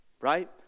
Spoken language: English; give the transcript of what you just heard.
Right